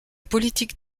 politique